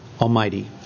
Almighty